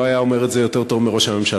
לא היה אומר את זה יותר טוב מראש הממשלה.